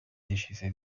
decise